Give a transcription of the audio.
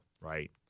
right